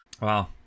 Wow